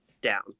down